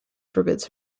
forbids